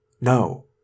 no